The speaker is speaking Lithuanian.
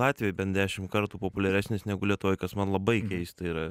latvijoj bent dešim kartų populiaresnis negu lietuvoj kas man labai keista yra